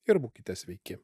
ir būkite sveiki